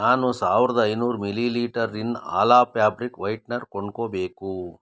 ನಾನು ಸಾವಿರದ ಐನೂರು millilitre Rin Ala fabric whitener ಕೊಂಡ್ಕೊಬೇಕು